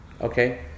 Okay